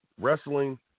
wrestling